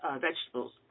vegetables